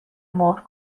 مهر